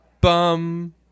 bum